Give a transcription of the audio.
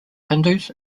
hindus